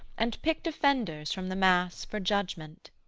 and picked offenders from the mass for judgment.